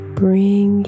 bring